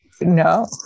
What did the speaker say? no